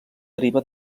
deriva